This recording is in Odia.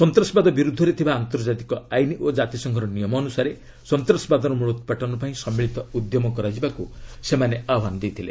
ସନ୍ତାସବାଦ ବିରୁଦ୍ଧରେ ଥିବା ଆନ୍ତର୍ଜାତିକ ଆଇନ ଓ କାତିସଂଘର ନିୟମ ଅନୁସାରେ ସନ୍ତାସବାଦର ମ୍ମଳୋତ୍ପାଟନ ପାଇଁ ସମ୍ମିଳିତ ଉଦ୍ୟମ କରାଯିବାକୁ ସେମାନେ ଆହ୍ୱାନ ଦେଇଥିଲେ